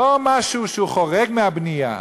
לא משהו שהוא חורג מהדירה,